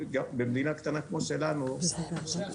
במדינה קטנה כמו שלנו, משאב הקרקע הוא הכי יקר.